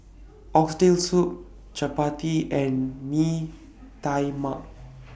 Oxtail Soup Chappati and Mee Tai Mak